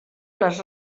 les